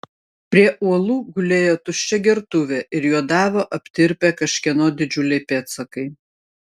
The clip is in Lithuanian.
prie uolų gulėjo tuščia gertuvė ir juodavo aptirpę kažkieno didžiuliai pėdsakai